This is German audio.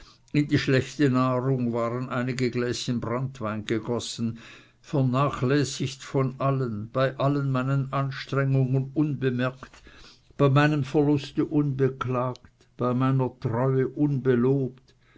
die schlechte nahrung waren einige gläschen branntwein gegossen vernachlässigt von allen bei allen meinen anstrengungen unbemerkt bei meinem verluste unbeklagt bei meiner treue unbelobt